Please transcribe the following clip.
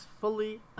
fully